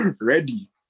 ready